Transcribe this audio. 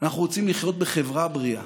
אנחנו רוצים לחיות בחברה בריאה.